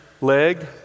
leg